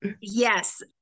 yes